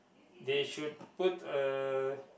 they should put a